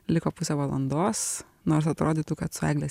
liko pusė valandos nors atrodytų kad su egle